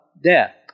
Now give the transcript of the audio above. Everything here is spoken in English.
death